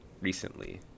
recently